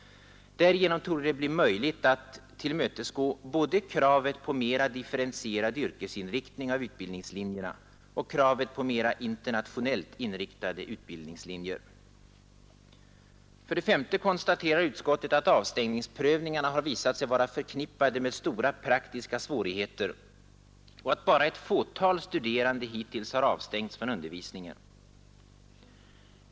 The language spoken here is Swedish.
Därigenom torde det bli möjligt att tillmötesgå både kravet på mera differentierad yrkesinriktning av utbildningslinjerna och kravet på mera internationellt inriktade utbildningslinjer. För det femte konstaterar utskottet att avstängningsprövningarna har visat sig vara förknippade med stora praktiska svårigheter och att bara ett fåtal studerande hittills har avstängts från undervisningen.